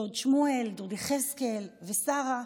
דוד שמואל, דוד יחזקאל ושרה.